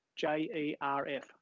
J-E-R-F